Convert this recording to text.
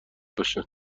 باشن